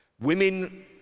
Women